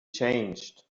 changed